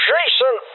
Jason